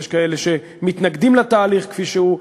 יש כאלה שמתנגדים לתהליך כפי שהוא,